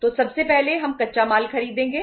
तो सबसे पहले हम कच्चा माल खरीदेंगे